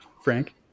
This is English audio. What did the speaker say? frank